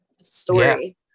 story